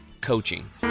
coaching